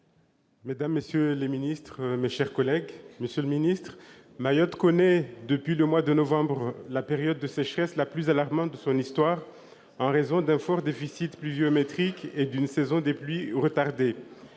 mesdames, messieurs les membres du Gouvernement, mes chers collègues, Mayotte connaît depuis le mois de novembre dernier la période de sécheresse la plus alarmante de son histoire en raison d'un fort déficit pluviométrique et d'une saison des pluies retardée.